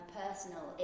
personal